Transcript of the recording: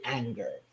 anger